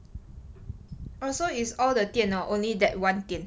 orh so it's all the 店 or only that one 店